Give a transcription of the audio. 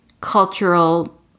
cultural